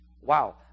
Wow